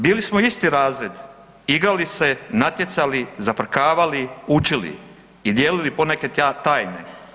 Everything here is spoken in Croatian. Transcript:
Bili smo isti razred i igrali se, natjecali, zafrkavali, učili i dijelili poneke tajne.